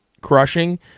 crushing